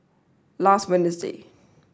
last Wednesday